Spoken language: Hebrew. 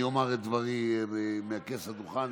אני אומר את דבריי מכס הדוכן,